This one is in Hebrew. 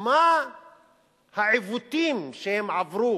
מה העיוותים שהם עברו